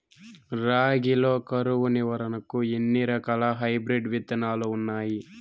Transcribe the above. రాగి లో కరువు నివారణకు ఎన్ని రకాల హైబ్రిడ్ విత్తనాలు ఉన్నాయి